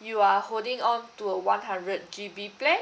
you are holding on to a one hundred G_B plan